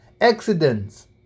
accidents